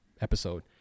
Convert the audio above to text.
episode